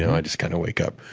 i just kind of wake up.